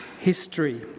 History